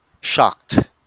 shocked